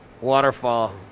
Waterfall